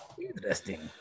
Interesting